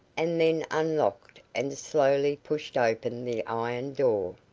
and then unlocked and slowly pushed open the iron door.